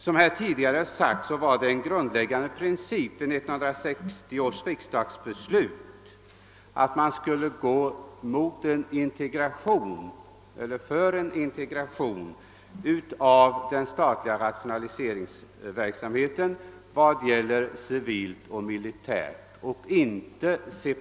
Som här tidigare sagts var det vid 1960 års riksdagsbeslut en grundläggande princip att man skulle gå in för en integration av den statliga rationaliseringsverksamheten vad gäller civilt och militärt.